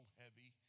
heavy